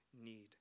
need